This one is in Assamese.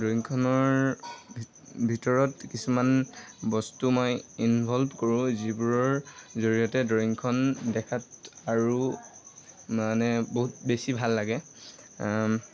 ড্ৰয়িংখনৰ ভি ভিতৰত কিছুমান বস্তু মই ইনভল্ভ কৰোঁ যিবোৰৰ জৰিয়তে ড্ৰয়িংখন দেখাত আৰু মানে বহুত বেছি ভাল লাগে